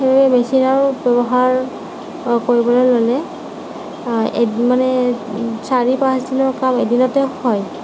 সেয়ে মেচিনৰ ব্য়ৱহাৰ কৰিবলৈ ল'লে এদিন মানে চাৰি পাঁচদিনৰ কাম এদিনতে হয়